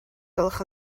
gwelwch